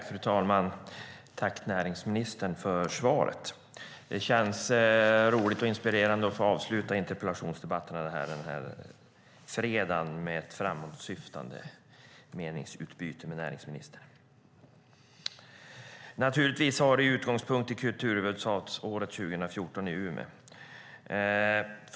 Fru talman! Tack, näringsministern, för svaret! Det känns roligt och inspirerande att få avsluta interpellationsdebatterna den här fredagen med ett framåtsyftande meningsutbyte med näringsministern. Naturligtvis har det också utgångspunkt i kulturhuvudstadsåret 2014 i Umeå.